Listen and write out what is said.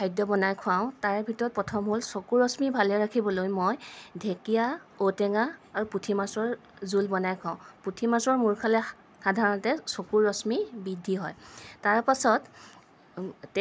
খাদ্য বনাই খুৱাওঁ তাৰে ভিতৰত প্ৰথম হ'ল চকুৰ ৰশ্মি ভালে ৰাখিবলৈ মই ঢেকীয়া ঔটেঙা আৰু পুঠিমাছৰ জোল বনাই খুৱাওঁ পুঠিমাছৰ মূৰ খালে সা সাধাৰণতে চকুৰ ৰশ্মি বৃদ্ধি হয় তাৰ পাছত